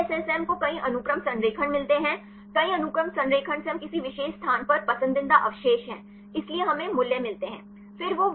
PSSM को कई अनुक्रम संरेखण मिलते हैं कई अनुक्रम संरेखण से हम किसी विशेष स्थान पर पसंदीदा अवशेष हैं इसलिए हमें मूल्य मिलते हैं